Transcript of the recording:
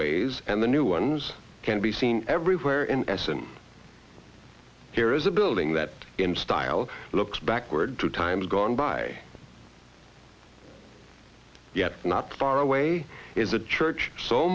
ways and the new ones can be seen everywhere in essen here is a building that in style looks backward to times gone by yet not far away is a church so